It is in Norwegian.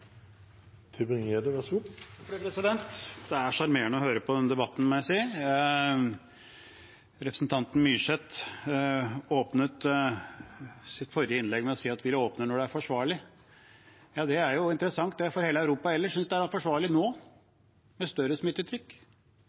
sjarmerende å høre på denne debatten, må jeg si. Representanten Myrseth åpnet sitt forrige innlegg med å si at man vil åpne når det er forsvarlig. Ja, det er interessant, for hele Europa ellers, med større smittetrykk, synes det er forsvarlig nå,